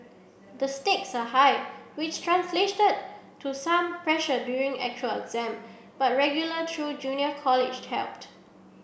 the stakes are high which to some pressure during actual exam but regular through junior college helped